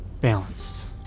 balanced